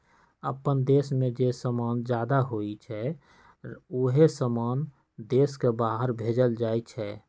अप्पन देश में जे समान जादा होई छई उहे समान देश के बाहर भेजल जाई छई